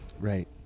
Right